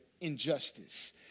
injustice